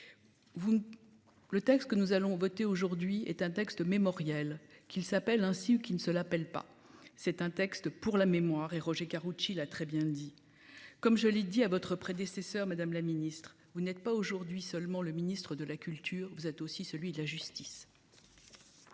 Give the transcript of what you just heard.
Le texte que nous allons voter aujourd'hui est un texte mémoriels, qu'il s'appelle ainsi qui ne se l'appelle pas. C'est un texte pour la mémoire et Roger Karoutchi l'a très bien dit, comme je l'ai dit à votre prédécesseur. Madame la ministre vous n'êtes pas aujourd'hui seulement le ministre de la culture, vous êtes aussi celui de la justice.